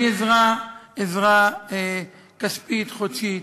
מעזרה כספית חודשית,